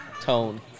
tone